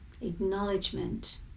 acknowledgement